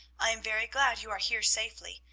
i am very glad you are here safely.